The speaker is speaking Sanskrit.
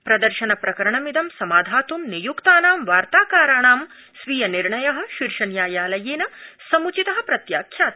प्रदर्शन प्रकरणमिदं समाधातूं नियुक्तानां वार्ताकाराणां स्वीय निर्णय शीर्षन्यायालयेन सम्चित प्रत्याख्यात